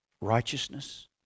righteousness